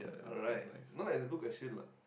alright no it's a good question lah